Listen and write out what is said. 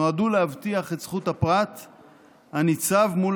נועדו להבטיח את זכויות הפרט הניצב מול